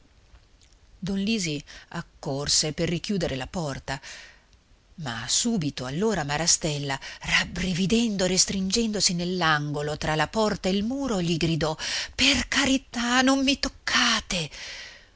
don lisi accorse per richiudere la porta ma subito allora marastella rabbrividendo e restringendosi nell'angolo tra la porta e il muro gli gridò per carità non mi toccate